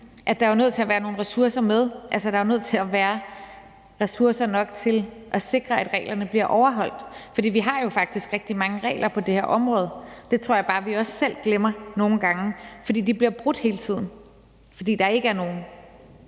Der er jo nødt til at være nogle ressourcer, som følger med. Altså, der er nødt til at være ressourcer nok til at sikre, at reglerne bliver overholdt, for vi har jo faktisk rigtig mange regler på det her område. Det tror jeg bare vi også selv glemmer nogle gange, for de bliver brudt hele tiden, fordi der ikke er nogen,